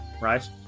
right